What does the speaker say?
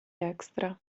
extra